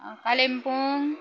Kalimpong